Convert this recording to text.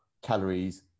calories